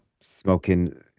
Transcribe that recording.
smoking